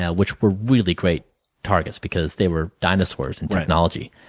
yeah which were really great targets because they were dinosaurs in technology.